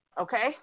Okay